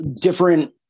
different